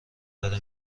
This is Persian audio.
داره